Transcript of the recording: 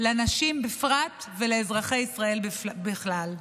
לנשים בפרט ולאזרחי ישראל בכלל.